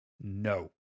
No